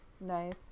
Nice